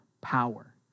power